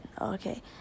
okay